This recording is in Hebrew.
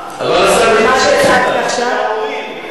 של ההורים,